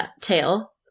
tail